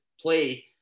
play